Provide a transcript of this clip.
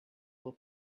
will